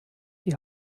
die